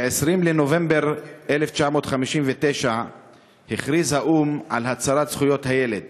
ב-20 בנובמבר 1959 הכריז האו"ם על הצהרת זכויות הילד.